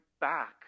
back